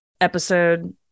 episode